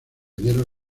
dieron